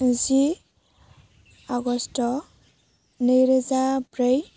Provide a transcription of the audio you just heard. जि August' नैरोजा ब्रै